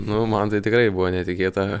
nu man tai tikrai buvo netikėta